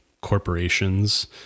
corporations